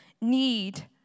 need